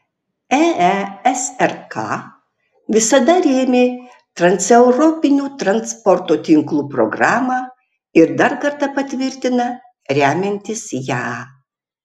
eesrk visada rėmė transeuropinių transporto tinklų programą ir dar kartą patvirtina remiantis ją